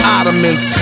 Ottomans